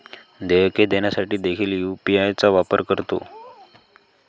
देयके देण्यासाठी देखील यू.पी.आय चा वापर करतो